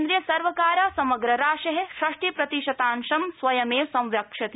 केन्द्रियसर्वकार समग्रराशे षष्टि प्रतिशतांशं स्वयमेव संवक्ष्यति